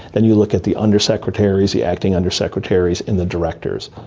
then you look at the undersecretaries, the acting undersecretaries and the directors.